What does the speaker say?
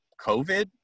COVID